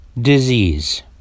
disease